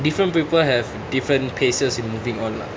different people have different paces in moving on lah